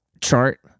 chart